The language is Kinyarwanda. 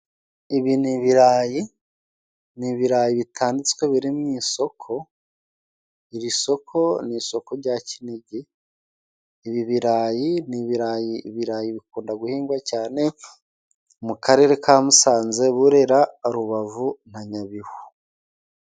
Ibi ni ibirayi ni ibirayi bitanditswe biri mu isoko iri soko ni isoko rya kinigi. Ibi birayi ni ibirayi, ibirayi bikunda guhingwa cyane, mu karere ka Musanze, Burera, Rubavu na Nyabihu.